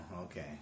Okay